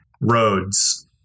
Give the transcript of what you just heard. roads